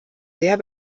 sehr